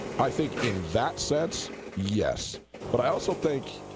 i think in that sense yes but i also think